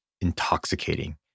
intoxicating